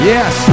Yes